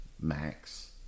Max